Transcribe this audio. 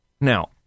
Now